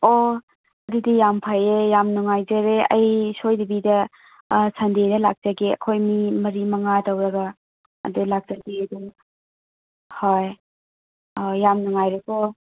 ꯑꯣ ꯑꯗꯨꯗꯤ ꯌꯥꯝ ꯐꯩꯑꯦ ꯌꯥꯝ ꯅꯨꯡꯉꯥꯏꯖꯔꯦ ꯑꯩ ꯁꯣꯏꯗꯕꯤꯗ ꯁꯟꯗꯦꯗ ꯂꯥꯛꯆꯒꯦ ꯑꯩꯈꯣꯏ ꯃꯤ ꯃꯔꯤ ꯃꯉꯥ ꯇꯧꯔꯒ ꯑꯗꯣ ꯂꯥꯛꯆꯒꯦ ꯑꯗꯨꯝ ꯍꯣꯏ ꯍꯣꯏ ꯌꯥꯝ ꯅꯨꯡꯉꯥꯏꯔꯦꯀꯣ